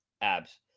Abs